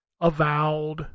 Avowed